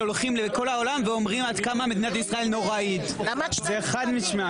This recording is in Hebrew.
זו הסתייגות שהיא כל כולה --- זה לא נושא חדש או לא נושא